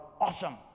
awesome